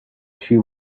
she